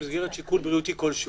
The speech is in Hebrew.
שיקול בריאותי כלשהו,